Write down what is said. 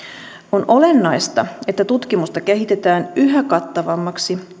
on olennaista että tutkimusta kehitetään yhä kattavammaksi